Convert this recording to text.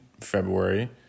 February